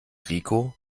rico